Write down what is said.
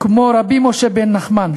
כמו רבי משה בן נחמן,